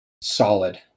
solid